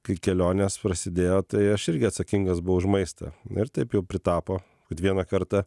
kai kelionės prasidėjo tai aš irgi atsakingas buvau už maistą ir taip jau pritapo kad vieną kartą